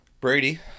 Brady